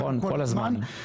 נכון, כל הזמן.